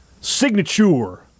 signature